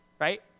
right